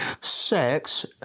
Sex